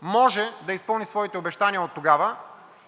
може да изпълни своите обещания оттогава,